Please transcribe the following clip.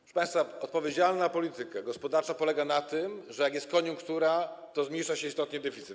Proszę państwa, odpowiedzialna polityka gospodarcza polega na tym, że jak jest koniunktura, to zmniejsza się istotnie deficyt.